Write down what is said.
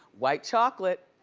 white chocolate,